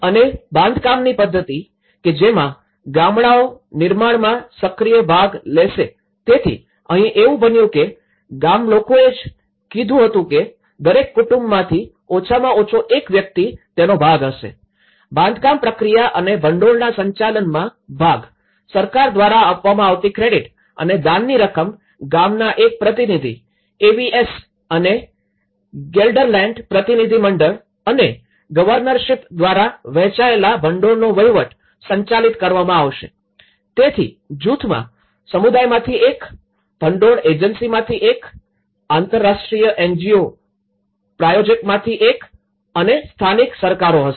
અને બાંધકામની પદ્ધતિ કે જેમાં ગામડાઓ નિર્માણમાં સક્રિય ભાગ લેશે તેથી અહીં એવું બન્યું કે ગામલોકોએ જ કીધું હતું કે દરેક કુટુંબમાંથી ઓછામાં ઓછો એક વ્યક્તિ તેનો ભાગ હશે બાંધકામ પ્રક્રિયા અને ભંડોળના સંચાલનમાં ભાગ સરકાર દ્વારા આપવામાં આવતી ક્રેડિટ અને દાનની રકમ ગામના એક પ્રતિનિધિ એવીએસ અને ગેલ્ડરલેન્ડ પ્રતિનિધિ મંડળ અને ગવર્નરશીપ દ્વારા વહેંચાયેલા ભંડોળનો વહીવટ સંચાલિત કરવામાં આવશે તેથી જૂથમાં સમુદાયમાંથી એક ભંડોળ એજન્સીમાંથી એક આંતરરાષ્ટ્રીય એનજીઓ પ્રાયોજકમાંથી એક અને સ્થાનિક સરકારો હશે